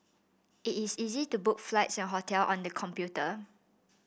it is easy to book flights and hotel on the computer